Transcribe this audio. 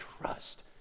trust